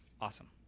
awesome